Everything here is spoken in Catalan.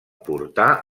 portar